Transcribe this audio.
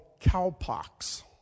cowpox